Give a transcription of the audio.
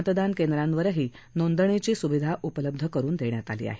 मतदान केंद्रांवरही नोंदणीची सुविधा उपलब्ध करून देण्यात आलेली आहे